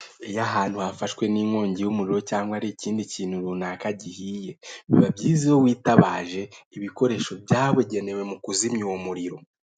Iyo ahantu hafashwe n'inkongi y'umuriro cyangwa ari ikindi kintu runaka gihiye, biba byiza iyo witabaje ibikoresho byabugenewe mu kuzimya uwo muriro.